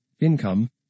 income